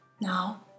now